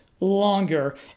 Longer